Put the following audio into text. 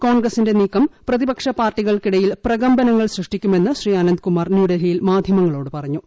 കോൺഗ്രസിന്റെ നീക്കം പ്രതിപക്ഷ പാർട്ടികൾക്കിടയിൽ പ്രകമ്പനങ്ങൾ സൃഷ്ടിക്കുമെന്ന് ശ്രീ അനന്ത്കുമാർ ന്യൂഡൽഹിയിൽ മാധ്യമങ്ങളോട് പറഞ്ഞു